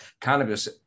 Cannabis